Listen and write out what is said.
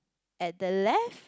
at the left